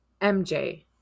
MJ